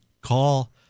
call